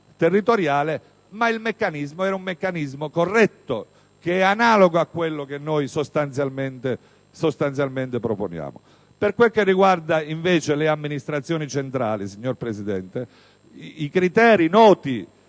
territoriale, il meccanismo è corretto ed è analogo a quello che noi sostanzialmente proponiamo. Per quanto riguarda invece le amministrazioni centrali, signora Presidente, i noti